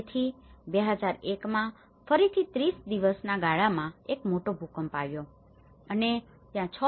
તેથી 2001 માં ફરીથી 30 દિવસના ગાળામાં એક મોટો ભૂકંપ આવ્યો અને ત્યાં 6